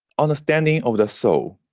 understanding of the soul.